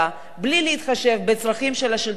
בלי להתחשב בצרכים של השלטון המקומי,